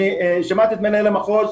אני שמעתי את מנהל המחוז.